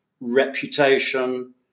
reputation